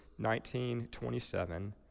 1927